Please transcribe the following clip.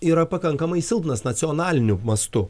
yra pakankamai silpnas nacionaliniu mastu